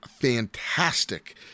fantastic